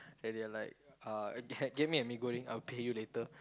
then they are like uh get get me a mee-goreng I will pay you later